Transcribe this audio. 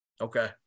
Okay